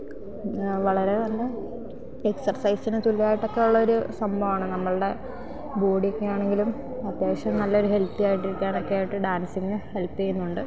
വളരെ നല്ല എക്സർസൈസിന് തുല്യമായിട്ടൊക്കെ ഉള്ളൊരു സംഭവമാണ് നമ്മളുടെ ബോഡിയൊക്കെ ആണെങ്കിലും അത്യാവശ്യം നല്ലൊരു ഹെൽത്തി ആയിട്ടിരിക്കാനൊക്കെയായിട്ട് ഡാൻസിങ്ങ് ഹെൽപ്പ് ചെയ്യുന്നുണ്ട്